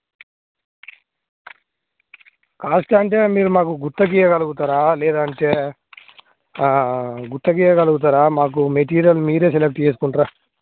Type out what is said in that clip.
cost అంటే మీరు మాకు గుత్తకియ్యగలుగుతరా లేదంటే గుత్తకియ్యగలుగుతరా మాకు మెటీరియల్ మీరే సెలెక్ట్ చేసుకుంటారా